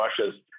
Russia's